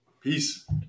Peace